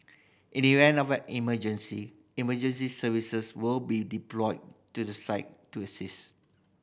in the event of an emergency emergency services will be deployed to the site to assist